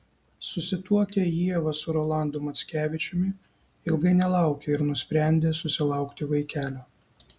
susituokę ieva su rolandu mackevičiumi ilgai nelaukė ir nusprendė susilaukti vaikelio